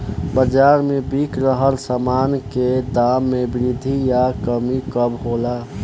बाज़ार में बिक रहल सामान के दाम में वृद्धि या कमी कब होला?